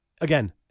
Again